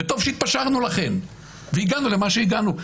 ולכן, טוב שהתפשרנו והגענו למה שהגענו.